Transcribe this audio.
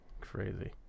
Crazy